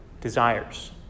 desires